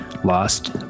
lost